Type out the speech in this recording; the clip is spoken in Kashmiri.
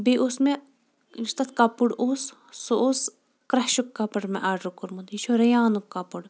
بیٚیہِ اوس مےٚ یُس تَتھ کپُر اوس سُہ اوس کرشُک کپُر مےٚ آڈر کوٚرمُت یہِ چھُ رِیانُک کپُر